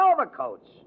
overcoats